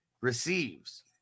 receives